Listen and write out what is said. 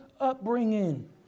upbringing